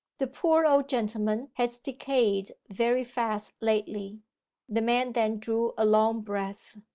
the poor old gentleman has decayed very fast lately the man then drew a long breath.